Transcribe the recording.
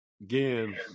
Again